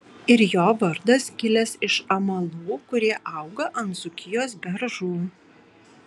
ir jo vardas kilęs iš amalų kurie auga ant dzūkijos beržų